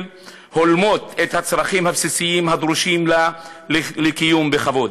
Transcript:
הולמת את הצרכים הבסיסיים הדרושים לה לקיום בכבוד.